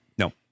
No